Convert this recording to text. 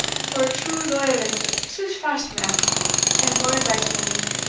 for a true, loyal, and sooth-fast man and, mair by token,